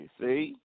see